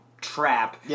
trap